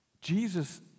Jesus